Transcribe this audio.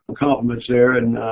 compliments there. and